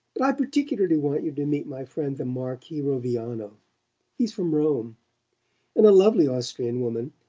but i particularly want you to meet my friend the marquis roviano he's from rome and a lovely austrian woman,